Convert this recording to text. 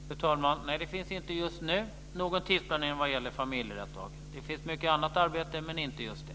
Fru talman! Nej, just nu finns det inte någon tidsplanering vad det gäller familjerådslag. Det pågår mycket annat arbete men inte just det.